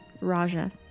Raja